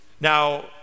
Now